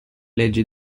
leggi